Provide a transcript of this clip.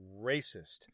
racist